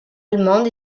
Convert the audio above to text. allemande